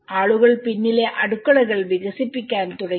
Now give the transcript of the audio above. ആളുകൾ പിന്നിലെ അടുക്കളകൾ വികസിപ്പിക്കാൻ തുടങ്ങി